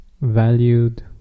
valued